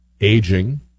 Aging